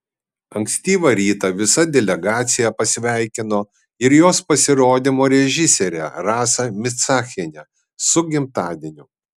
ankstyvą rytą visa delegacija pasveikino ir jos pasirodymo režisierę rasą micachienę su gimtadieniu